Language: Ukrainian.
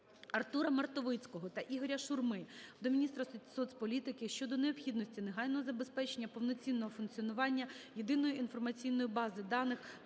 Артура Мартовицького та Ігоря Шурми до міністра соцполітики щодо необхідності негайного забезпечення повноцінного функціонування Єдиної інформаційної бази даних